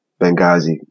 Benghazi